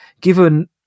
given